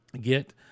get